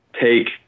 take